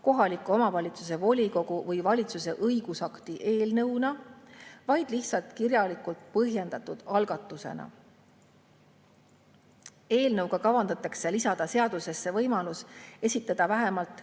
kohaliku omavalitsuse volikogu või valitsuse õigusakti eelnõuna, vaid lihtsalt kirjalikult põhjendatud algatusena. Eelnõuga kavandatakse lisada seadusesse võimalus esitada vähemalt